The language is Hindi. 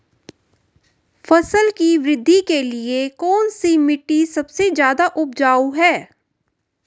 फसल की वृद्धि के लिए कौनसी मिट्टी सबसे ज्यादा उपजाऊ है?